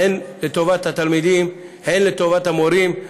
הן לטובת התלמידים הן לטובת המורים.